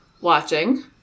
watching